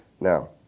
Now